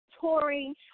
touring